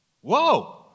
Whoa